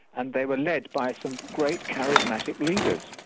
and they were led by some great charismatic leaders.